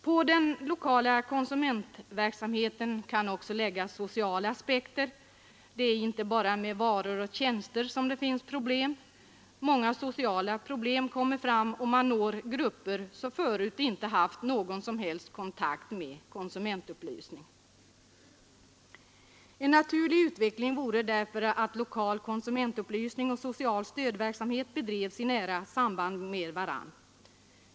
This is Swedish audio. På den lokala konsumentverksamheten kan också läggas sociala aspekter — det är inte bara med varor och tjänster som det finns problem. Många sociala problem kommer fram, och man når grupper som förut inte haft någon som helst kontakt med konsumentupplysning. En naturlig utveckling vore därför att lokal konsumentupplysning och social stödverksamhet bedrevs i nära samband med varandra.